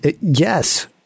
Yes